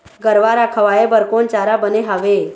गरवा रा खवाए बर कोन चारा बने हावे?